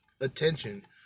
attention